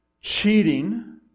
cheating